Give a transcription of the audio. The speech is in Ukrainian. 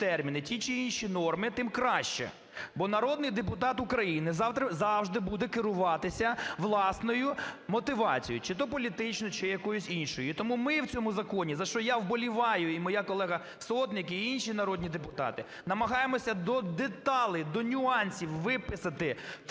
тому ми в цьому законі, за що я вболіваю і моя колега Сотник, і інші народні депутати, намагаємося до деталей, до нюансів виписати